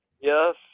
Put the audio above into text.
Yes